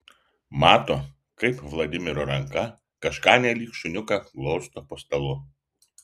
mato kaip vladimiro ranka kažką nelyg šuniuką glosto po stalu